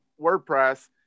WordPress